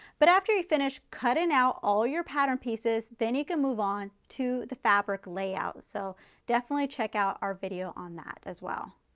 but after you finish cutting out all your pattern pieces then you can move on to the fabric layout so definitely check out our video on that as well.